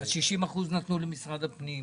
אז 60% נתנו למשרד הפנים,